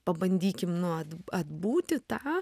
pabandykim nu at atbūti tą